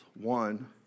one